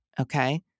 Okay